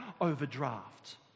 overdraft